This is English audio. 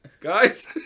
Guys